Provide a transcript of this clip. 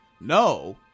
no